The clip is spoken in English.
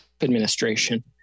administration